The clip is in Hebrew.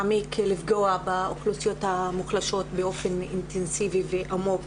מעמיק לפגוע באוכלוסיות המוחלשות באופן אינטנסיבי ועמוק